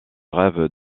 rêve